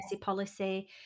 policy